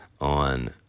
on